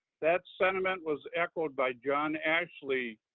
that sentiment was echoed by john ashley,